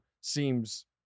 seems